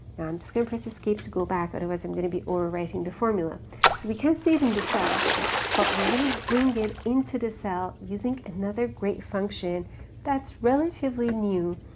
just gonna press escape to go back otherwise i'm gonna be overwriting the formula. so we can't see it in the cell but we gonna bring it into the cell, using another great function that's relatively new.